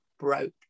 broke